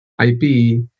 IP